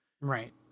Right